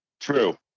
True